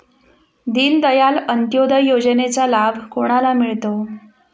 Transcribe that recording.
दीनदयाल अंत्योदय योजनेचा लाभ कोणाला मिळतो?